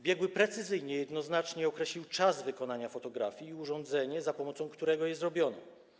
Biegły precyzyjnie, jednoznacznie określił czas wykonania fotografii i urządzenie, za pomocą którego je zrobiono.